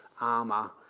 armor